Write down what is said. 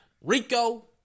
Rico